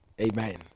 Amen